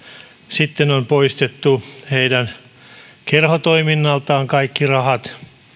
sitten on poistettu heidän kerhotoiminnaltaan kaikki rahat